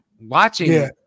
watching